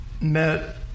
met